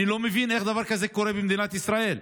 אני לא מבין איך דבר כזה קורה במדינת ישראל,